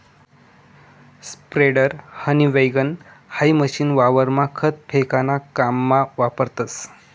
spreader, हनी वैगण हाई मशीन वावरमा खत फेकाना काममा वापरतस